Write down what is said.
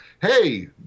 hey